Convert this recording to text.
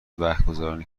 وقتگذرانی